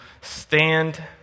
stand